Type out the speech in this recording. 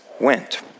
went